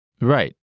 Right